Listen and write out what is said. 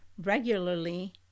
regularly